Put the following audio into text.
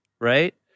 right